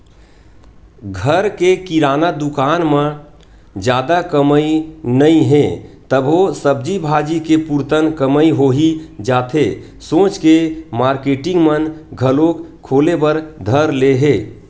घर के किराना दुकान म जादा कमई नइ हे तभो सब्जी भाजी के पुरतन कमई होही जाथे सोच के मारकेटिंग मन घलोक खोले बर धर ले हे